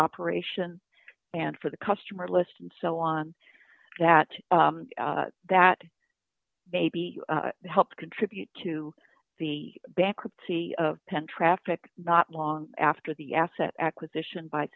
operation and for the customer list and so on that that maybe helped contribute to the bankruptcy of penn traffic not long after the asset acquisition by